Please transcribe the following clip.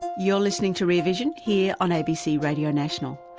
you're listening to rear vision, here on abc radio national.